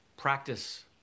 Practice